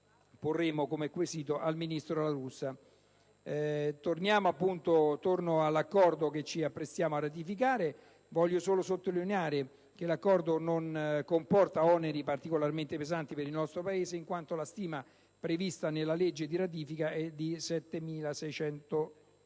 porremo al ministro La Russa. Tornando all'Accordo che ci apprestiamo a ratificare, vorrei soltanto sottolineare che esso non comporta oneri particolarmente pesanti per il nostro Paese, in quanto la stima prevista nel disegno di legge di ratifica è di 7.600 euro